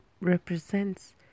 represents